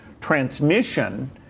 transmission